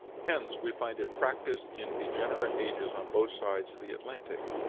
hence we find it practised in degenerate ages on both sides of the atlantic.